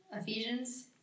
ephesians